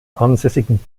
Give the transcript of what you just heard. ansässigen